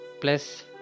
plus